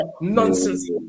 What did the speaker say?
nonsense